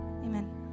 Amen